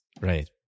Right